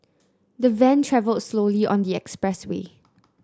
the van travelled slowly on the expressway